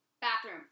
Bathroom